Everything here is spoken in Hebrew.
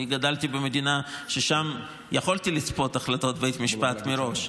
אני גדלתי במדינה שבה יכולתי לצפות החלטות בית משפט מראש,